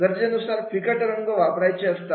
गरजेनुसार फिकट रंग वापरायचे असतात